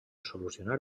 solucionar